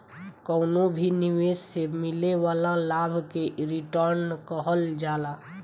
कवनो भी निवेश से मिले वाला लाभ के रिटर्न कहल जाला